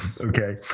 Okay